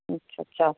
ਅੱਛਾ ਅੱਛਾ